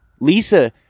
Lisa